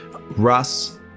Russ